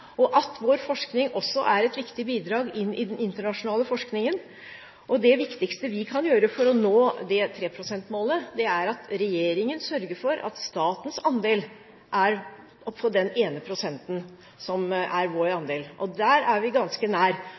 og at vår forskning også er et viktig bidrag inn i den internasjonale forskningen. Det viktigste vi kan gjøre for å nå 3 pst.-målet, er at regjeringen sørger for at statens andel er på den ene prosenten som er vår andel. Der er vi ganske nær.